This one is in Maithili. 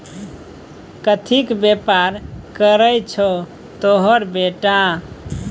कथीक बेपार करय छौ तोहर बेटा?